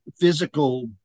physical